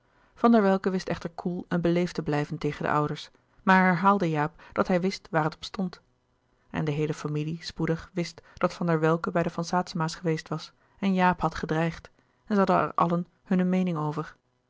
van der welcke wist echter koel en beleefd te blijven tegen de ouders maar herhaalde jaap dat hij wist waar het op stond en de heele familie spoedig wist dat van der welcke bij de van saetzema's geweest was en jaap had gedreigd en zij hadden er allen hunne meening over